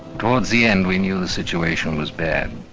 towards the end, we knew the situation was bad,